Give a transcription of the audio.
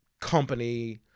company